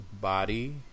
body